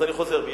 אז אני חוזר בי.